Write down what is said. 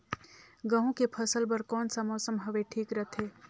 गहूं के फसल बर कौन सा मौसम हवे ठीक रथे?